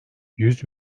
yüz